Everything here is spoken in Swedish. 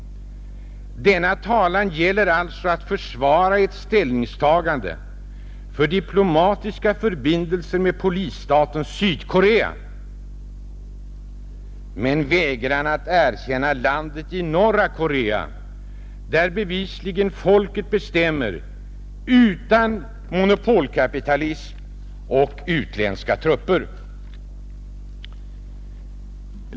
Denna talan gäller alltså att försvara ett ställningstagande för diplomatiska förbindelser med polisstaten Sydkorea — men vägran att erkänna landet i norra Korea, där bevisligen folket bestämmer utan monopolkapitalism och utländska trupper.